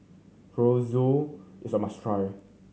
chorizo is a must try